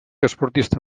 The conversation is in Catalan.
esportista